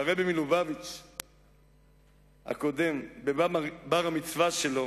שהרבי מלובביץ' הקודם, בבר-המצווה שלו